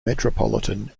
metropolitan